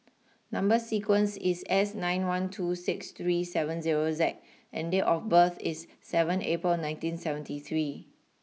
number sequence is S nine one two six three seven zero Z and date of birth is seven April nineteen seventy three